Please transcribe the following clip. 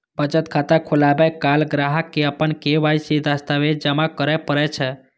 बचत खाता खोलाबै काल ग्राहक कें अपन के.वाई.सी दस्तावेज जमा करय पड़ै छै